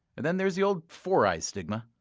and then there's the old four eyes stigma.